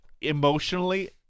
emotionally